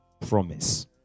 promise